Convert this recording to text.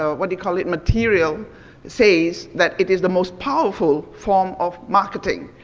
ah what do you call it, material says that it is the most powerful form of marketing,